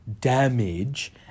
damage